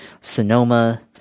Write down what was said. Sonoma